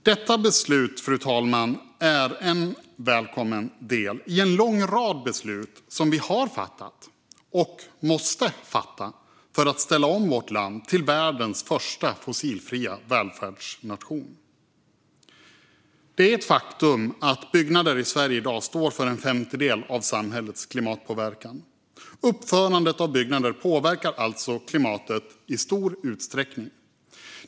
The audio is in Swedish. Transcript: Detta beslut, fru talman, är en välkommen del i en lång rad beslut som vi har fattat och måste fatta för att ställa om vårt land till världens första fossilfria välfärdsnation. Fru talman! Det är ett faktum att byggnader i Sverige i dag står för en femtedel av samhällets klimatpåverkan. Uppförandet av byggnader påverkar alltså klimatet i stor utsträckning.